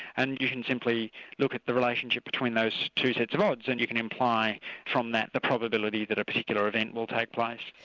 and you can simply look at the relationship between those two sets of odds, and you can imply from that the probability that a particular event will take place.